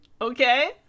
okay